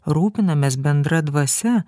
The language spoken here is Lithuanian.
rūpinamės bendra dvasia